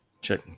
check